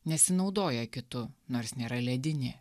nesinaudoja kitu nors nėra ledinė